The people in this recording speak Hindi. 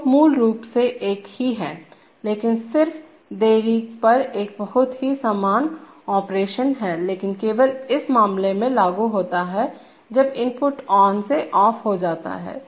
तो मूल रूप से एक ही है लेकिन सिर्फ देरी पर एक बहुत ही समान ऑपरेशन है लेकिन केवल इस मामले में लागू होता है जब इनपुट ऑन से ऑफ हो जाता है